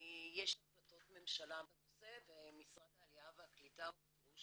יש החלטות ממשלה בנושא ומשרד העלייה והקליטה הוא בפירוש